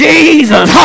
Jesus